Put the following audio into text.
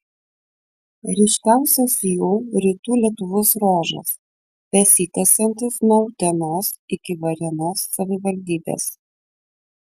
ryškiausias jų rytų lietuvos ruožas besitęsiantis nuo utenos iki varėnos savivaldybės